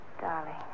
Darling